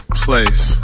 place